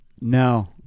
No